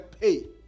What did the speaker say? pay